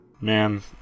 Man